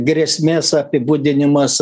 grėsmės apibūdinimas